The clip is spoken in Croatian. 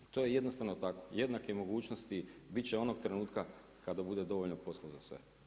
To je jednostavno tako, jednake mogućnosti bit će onog trenutka kada bude dovoljno posla za sve.